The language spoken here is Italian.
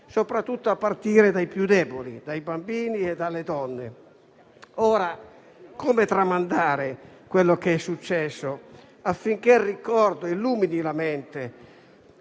soprattutto a partire dai più deboli, quali donne e bambini. Ora, come tramandare quanto è successo affinché il ricordo illumini la mente?